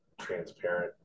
transparent